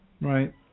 Right